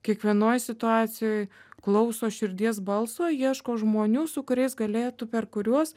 kiekvienoj situacijoj klauso širdies balso ieško žmonių su kuriais galėtų per kuriuos